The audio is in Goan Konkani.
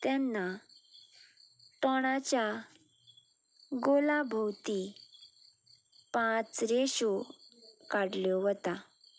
तेन्ना तोंडाच्या गोला भोंवती पांच रेशो काडल्यो वता